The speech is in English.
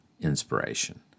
inspiration